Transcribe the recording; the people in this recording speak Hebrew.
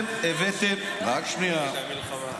לא הייתה מלחמה.